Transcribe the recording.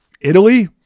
Italy